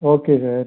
okay sir